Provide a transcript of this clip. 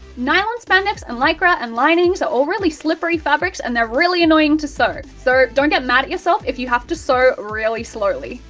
nylon spandex and lycra and linings are all really slippery fabrics and they're really annoying to sew, so don't get mad at yourself if you have to sew reaaally slowly.